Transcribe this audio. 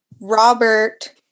Robert